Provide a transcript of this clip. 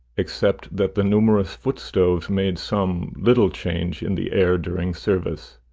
except that the numerous footstoves made some little change in the air during service.